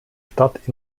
stadt